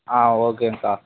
ஆ ஓகேங்கக்கா